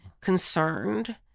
concerned